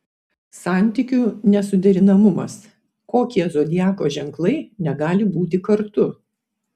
santykių nesuderinamumas kokie zodiako ženklai negali būti kartu